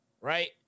right